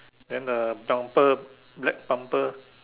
then the bumper black bumper